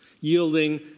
yielding